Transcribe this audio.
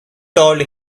told